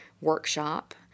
workshop